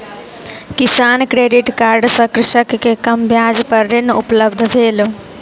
किसान credit card सँ कृषक के कम ब्याज पर ऋण उपलब्ध भेल